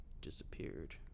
disappeared